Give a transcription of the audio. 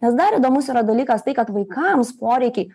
nes dar įdomus yra dalykas tai kad vaikams poreikiai